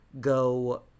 go